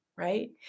right